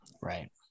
Right